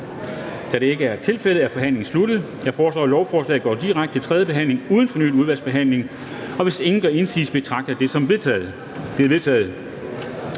Da det ikke er tilfældet, er forhandlingen sluttet. Jeg foreslår, at lovforslaget går direkte til tredje behandling uden fornyet udvalgsbehandling. Og hvis ingen gør indsigelse, betragter jeg det som vedtaget.